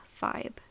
vibe